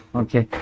okay